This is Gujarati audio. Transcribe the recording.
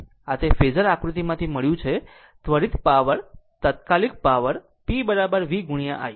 આ તે ફેઝર આકૃતિમાંથી મળ્યો ત્વરિત પાવર તાત્કાલિક પાવર p v i